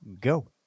go